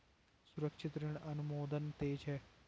सुरक्षित ऋण अनुमोदन तेज है